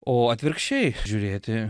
o atvirkščiai žiūrėti